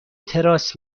تراس